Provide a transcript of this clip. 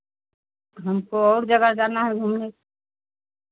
हमको और जगह जाना है घूमने